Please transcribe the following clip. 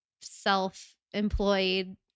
self-employed